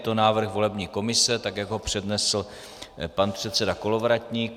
Je to návrh volební komise, tak jak ho přednesl pan předseda Kolovratník.